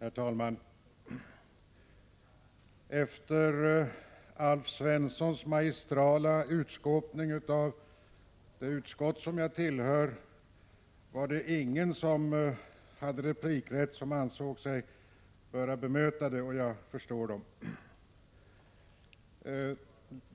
Herr talman! Efter Alf Svenssons magistrala ”utskåpning” av det utskott som jag tillhör var det ingen av dem som hade replikrätt som ansåg sig böra bemöta honom, och jag förstår dem.